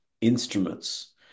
instruments